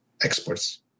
experts